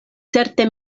certe